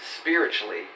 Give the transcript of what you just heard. Spiritually